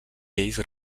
lleis